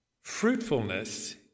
Fruitfulness